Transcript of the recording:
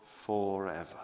forever